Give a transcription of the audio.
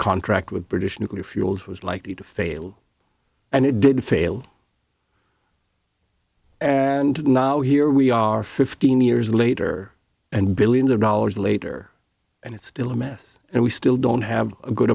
contract with british nuclear fuels was likely to fail and it did fail and now here we are fifteen years later and billions of dollars later and it's still a mess and we still don't have a good